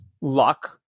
luck